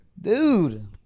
dude